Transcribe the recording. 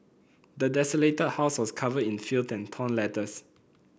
the desolated house was covered in filth and torn letters